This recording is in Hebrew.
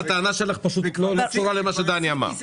לכן הטענה שלך לא קשורה למה שדני אמר.